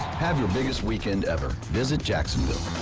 have your biggest weekend ever, visit jacksonville.